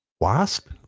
wasp